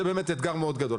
זה באמת אתגר מאוד גדול.